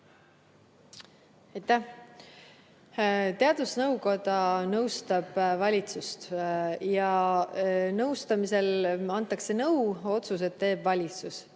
Teadusnõukoda nõustab valitsust ja nõustamisel antakse nõu, otsused teeb valitsus.